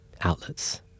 outlets